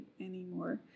anymore